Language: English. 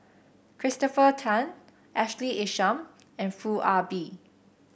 Christopher Tan Ashley Isham and Foo Ah Bee